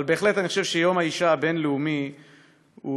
אני חושב שיום האישה הבין-לאומי הוא